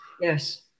Yes